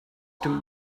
dem